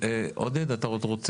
עודד, אתה רוצה?